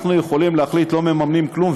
אנחנו יכולים להחליט שלא מממנים כלום,